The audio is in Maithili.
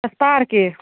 स्पार्कके